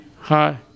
Hi